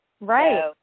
Right